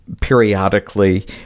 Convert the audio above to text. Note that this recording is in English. periodically